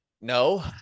No